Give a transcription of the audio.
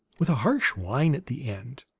with a harsh whine at the end.